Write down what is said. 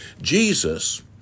Jesus